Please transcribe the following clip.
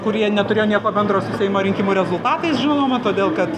kurie neturėjo nieko bendro su seimo rinkimų rezultatais žinoma todėl kad